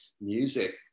music